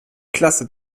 klasse